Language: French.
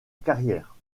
carrière